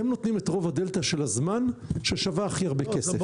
הם נותנים את רוב הדלתא של הזמן ששווה הכי הרבה כסף.